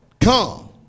come